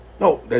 No